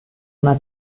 una